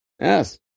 Yes